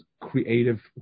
creative